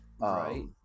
Right